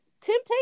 temptation